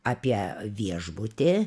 apie viešbutį